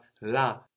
la